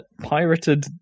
pirated